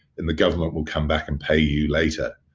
and the government will come back and pay you later.